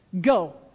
Go